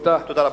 תודה.